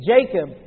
Jacob